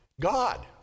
God